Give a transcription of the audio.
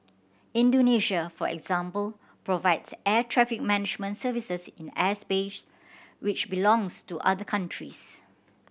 Indonesia for example provides air traffic management services in airspace which belongs to other countries